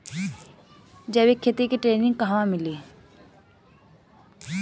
जैविक खेती के ट्रेनिग कहवा मिली?